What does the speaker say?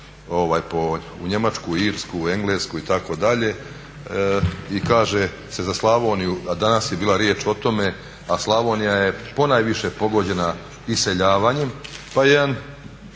u Njemačku, Irsku, Englesku itd. i kaže se za Slavoniju, a danas je bila riječ o tome, a Slavonija je ponajviše pogođena iseljavanjem pa je